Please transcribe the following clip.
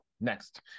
next